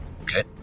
Okay